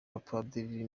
bapadiri